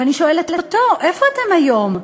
ואני שואלת אותו: איפה אתם היום?